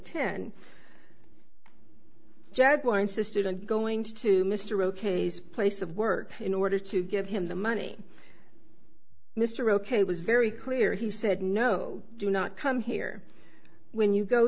ten jaguar insisted on going to mr oks place of work in order to give him the money mr ok was very clear he said no do not come here when you go